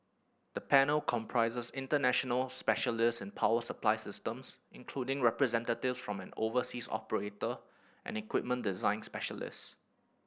the panel comprises international specialist in power supply systems including representatives from an overseas operator and equipment design specialist